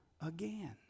again